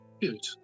Good